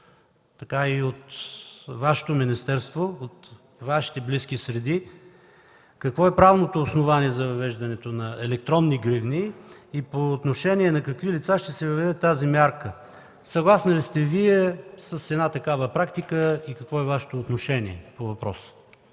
от Вашето министерство, от Вашите среди? Какво е правното основание за въвеждането на електронни гривни и по отношение на какви лица ще се въведе тази мярка? Съгласни ли сте Вие с една такава практика и какво е Вашето отношение по въпроса?